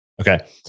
okay